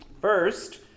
First